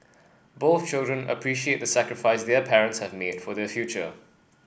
both children appreciate the sacrifice their parents have made for their future